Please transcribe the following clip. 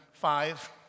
Five